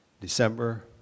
December